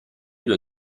due